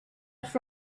off